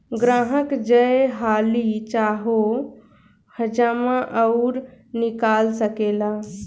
ग्राहक जय हाली चाहो जमा अउर निकाल सकेला